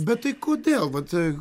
bet tai kodėl vat